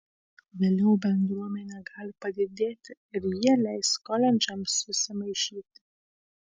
vėliau bendruomenė gali padidėti ir jie leis koledžams susimaišyti